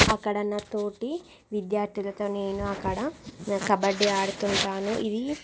అక్కడ నాతోటి విద్యార్థులతో నేను అక్కడ కబడ్డీ ఆడుతుంటాను ఇది